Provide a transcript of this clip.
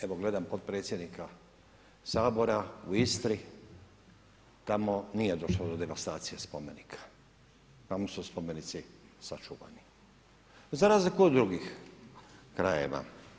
Evo gledam potpredsjednika Sabora, u Istri, tamo nije došlo do devastacije spomenika, tamo su spomenici sačuvani za razliku od drugih krajeva.